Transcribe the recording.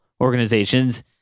organizations